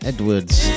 Edwards